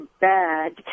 bad